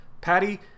Patty